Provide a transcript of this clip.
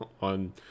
on